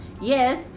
Yes